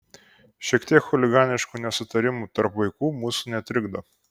šiek tiek chuliganiškų nesutarimų tarp vaikų mūsų netrikdo